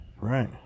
Right